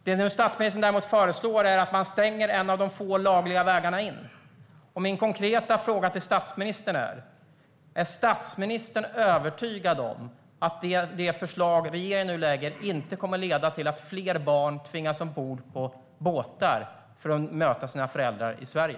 Det statsministern däremot föreslår är att man stänger en av de få lagliga vägarna in. Min konkreta fråga till statsministern är: Är statsministern övertygad om att det förslag regeringen nu lägger fram inte kommer att leda till att fler barn tvingas ombord på båtar för att möta sina föräldrar i Sverige?